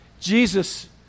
Jesus